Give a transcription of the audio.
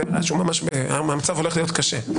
זה אומר שהמצב הולך להיות קשה.